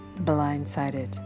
blindsided